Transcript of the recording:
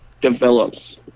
develops